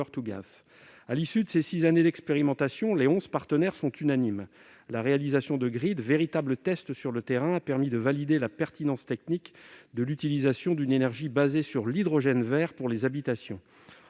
À l'issue de ces six années d'expérimentation, les onze partenaires sont unanimes : la mise en oeuvre du projet Grhyd, véritable test sur le terrain, a permis de démontrer la pertinence technique de l'utilisation d'une énergie fondée sur l'hydrogène vert pour les habitations.